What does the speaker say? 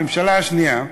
הממשלה השנייה,